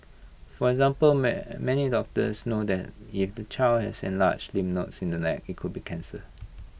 for example many doctors know that if the child has enlarged lymph nodes in the neck IT could be cancer